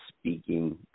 speaking